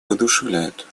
воодушевляют